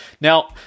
Now